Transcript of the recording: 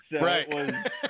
Right